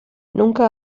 nunca